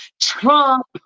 Trump